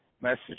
message